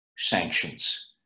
sanctions